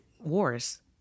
wars